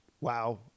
wow